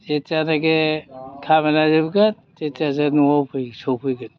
जेथियानोखि खामानिया जोबगोन थेथियासो न'आव सफैगोन